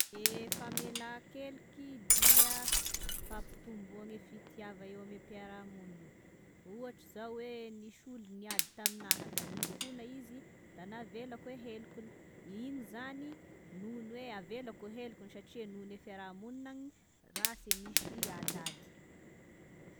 E famelan-keloky dia fampitomboagne fitiava eo ame mpiara-monina, ohatry zao hoe nisy olo niady taminaha, da nifona izy, da navelako e helokiny, igny zany noho ny hoe avelako helokiny satria noho ny fiaraha-monina rasy e misy adiady.